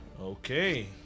Okay